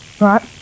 right